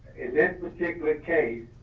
this particular case,